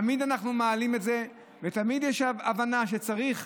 תמיד אנחנו מעלים את זה ותמיד יש הבנה שצריך,